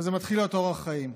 וזה מתחיל להיות אורח חיים.